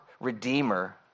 Redeemer